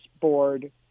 Board